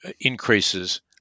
increases